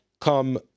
come